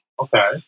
Okay